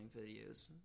videos